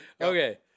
Okay